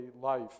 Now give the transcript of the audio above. life